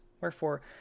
Wherefore